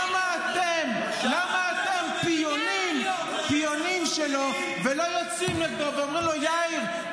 למה אתם פיונים שלו ולא יוצאים נגדו ואומרים לו: יאיר,